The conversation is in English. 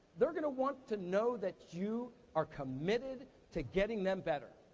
they're gonna want to know that you are committed to getting them better.